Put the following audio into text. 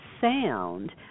sound